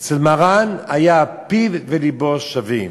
אצל מרן היו פיו ולבו שווים.